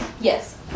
Yes